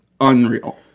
unreal